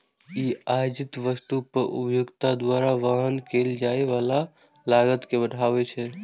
ई आयातित वस्तु पर उपभोक्ता द्वारा वहन कैल जाइ बला लागत कें बढ़बै छै